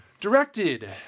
Directed